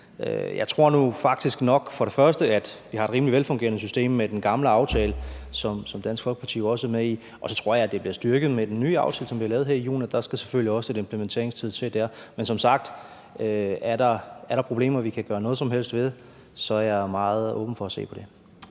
Jeg tror nu faktisk nok, at vi for det første har et rimelig velfungerende system med den gamle aftale, som Dansk Folkeparti jo også er med i, og så tror jeg for det andet, at det bliver styrket med den nye aftale, som vi har lavet her i juni, og der skal selvfølgelig også noget implementeringstid til der. Men, som sagt, er der problemer, vi kan gøre noget som helst ved, så er jeg meget åben over for at se på det.